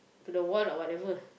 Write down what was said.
to the wall or whatever